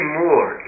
more